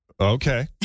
Okay